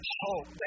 hope